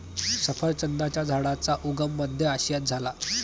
सफरचंदाच्या झाडाचा उगम मध्य आशियात झाला